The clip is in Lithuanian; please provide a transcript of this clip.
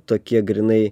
tokie grynai